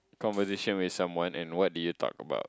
conversation with someone and what did you talk about